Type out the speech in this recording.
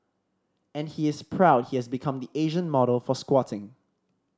and he is proud he has become the Asian model for squatting